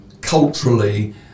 culturally